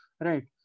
right